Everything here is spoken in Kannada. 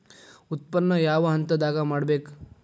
ಉತ್ಪನ್ನ ಯಾವ ಹಂತದಾಗ ಮಾಡ್ಬೇಕ್?